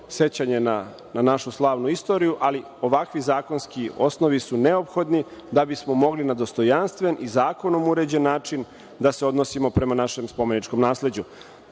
sećanje na našu slavnu istoriju, ali ovakvi zakonski osnovi su neophodni da bismo mogli na dostojanstven i zakonom uređen način da se odnosimo prema našem spomeničkom nasleđu.